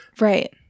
right